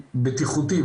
בטיחותי,